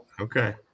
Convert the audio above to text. Okay